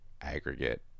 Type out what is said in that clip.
aggregate